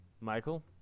Michael